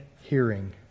hearing